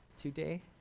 Today